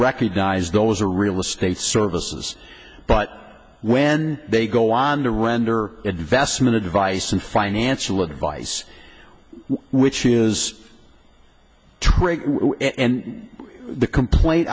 recognize those are real estate services but when they go on to render investment advice and financial advice which is and the complaint